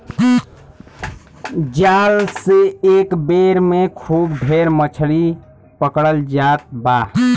जाल से एक बेर में खूब ढेर मछरी पकड़ल जात बा